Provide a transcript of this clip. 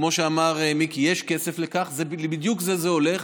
כמו שאמר מיקי, יש כסף לכך, בדיוק לזה זה הולך.